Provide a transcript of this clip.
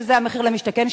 שזה המחיר למשתכן,